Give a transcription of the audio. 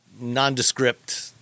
nondescript